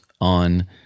on